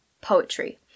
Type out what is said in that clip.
poetry